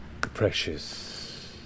Precious